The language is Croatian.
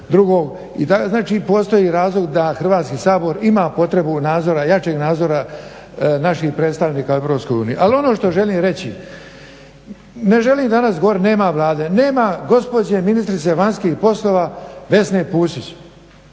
postoji razlog da Hrvatski sabor ima potrebu nadzora, jačeg nadzora naših predstavnika u EU. Ali ono što želim reći, ne želim danas govoriti nema Vlade, nema gospođe ministrice vanjskih poslova Vesne Pusić